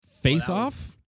face-off